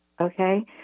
Okay